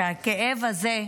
שהכאב הזה,